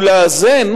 היא לאזן